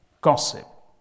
Gossip